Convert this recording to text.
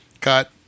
Cut